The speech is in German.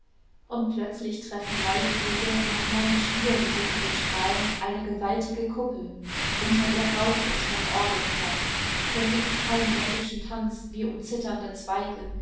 und plötzlich treffen neugierige nach neuen spielen suchende strahlen eine gewaltige kuppel unter ihr rauscht es von orgelklang hier gibt's keinen neckischen tanz wie um zitternde zweige